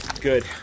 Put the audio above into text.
Good